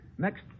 Next